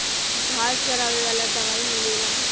घास जरावे वाला दवाई मिलेला